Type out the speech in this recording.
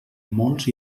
molts